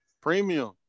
Premium